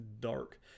Dark